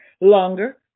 longer